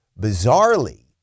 Bizarrely